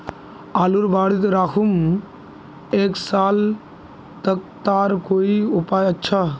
आलूर बारित राखुम एक साल तक तार कोई उपाय अच्छा?